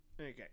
Okay